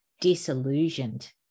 disillusioned